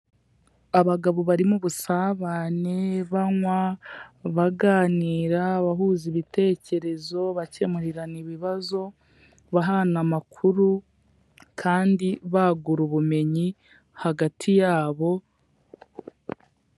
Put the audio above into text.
Abagabo bari mu busabane, banywa, baganira bahuza ibitekerezo, bakemurirana ibibazo, bahana amakuru kandi bagura ubumenyi hagati yabo.